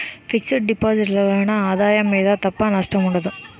fix deposit ల వలన ఆదాయం మీద తప్ప నష్టం ఉండదు